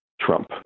Trump